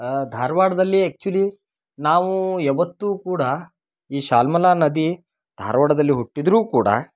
ಧಾರ್ವಾಡ್ದಲ್ಲಿ actually ನಾವು ಯಾವತ್ತು ಕೂಡ ಈ ಶಾಲ್ಮಲ ನದಿ ಧಾರ್ವಾಡದಲ್ಲಿ ಹುಟ್ಟಿದ್ದರೂ ಕೂಡ